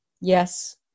Yes